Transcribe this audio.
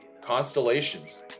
Constellations